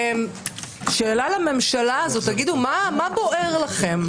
שאלה לממשלה הזאת, תגידו, מה בוער לכם?